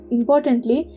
Importantly